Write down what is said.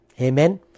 Amen